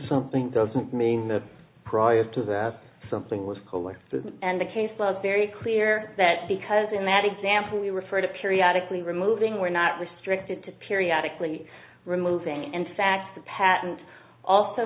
something doesn't mean that prior to that something was cooler and a case of very clear that because in that example we refer to periodic lee removing were not restricted to periodic lee removing in fact the patent also